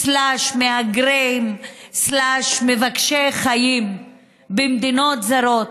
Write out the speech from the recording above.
פליטים/מהגרים/מבקשי חיים במדינות זרות,